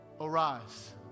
arise